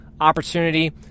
opportunity